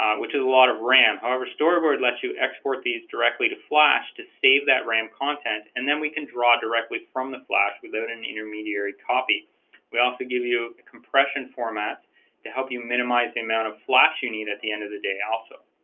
which is a lot of ram our storyboard lets you export these directly to flash to save that ram content and then we can draw directly from the flash without an intermediary copy we also give you the compression format to help you minimize the amount of flash you need at the end of the day also